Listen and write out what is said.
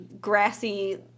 grassy